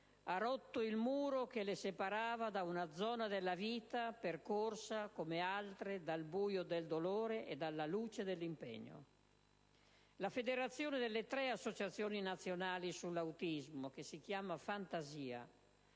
Ha rotto il muro che le separava da una zona della vita, percorsa come altre, dal buio del dolore e dalla luce del risveglio. La federazione delle tre associazioni nazionali dell'autismo, che si chiama FANTASiA,